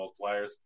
multipliers